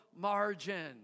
margin